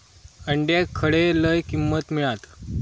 अंड्याक खडे लय किंमत मिळात?